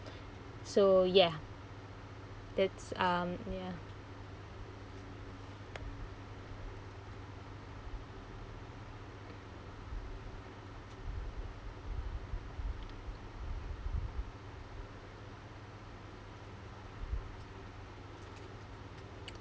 so ya that's um ya